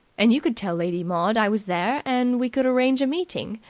and you could tell lady maud i was there, and we could arrange a meeting.